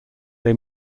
they